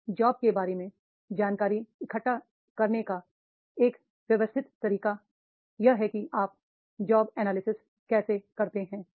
एक जॉब के बारे में जानकारी इकट्ठा करने का एक व्यवस्थित तरीका यही है कि आप जॉब एनालिसिस कैसे करते हैं